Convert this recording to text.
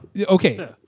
okay